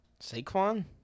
Saquon